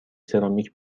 سرامیک